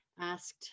asked